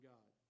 God